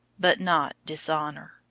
but not dishonour.